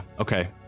Okay